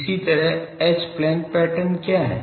इसी तरह H plane pattern क्या है